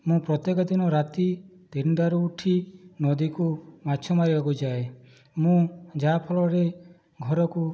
ମୁଁ ପ୍ରତ୍ୟେକ ଦିନ ରାତି ତିନିଟାରୁ ଉଠି ନଦୀକୁ ମାଛ ମାରିବାକୁ ଯାଏ ମୁଁ ଯାହାଫଳରେ ଘରକୁ